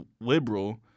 liberal